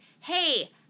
hey